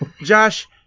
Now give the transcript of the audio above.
josh